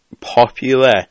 popular